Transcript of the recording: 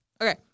Okay